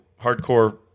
hardcore